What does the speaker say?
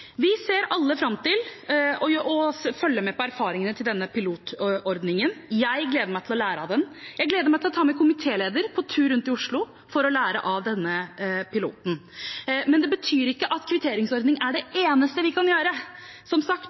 Vi ser alle fram til å følge med på erfaringene med denne pilotordningen. Jeg gleder meg til å lære av den. Jeg gleder meg til å ta komitélederen med på tur rundt i Oslo for å lære av denne piloten. Det betyr ikke at kvitteringsordning er det eneste vi kan gjøre. Som sagt